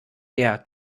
der